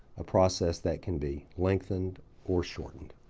a process that can be lengthened or shortened.